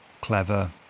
clever